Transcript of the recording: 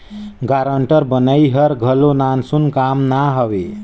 guarantor बनई हर घलो नानसुन काम ना हवे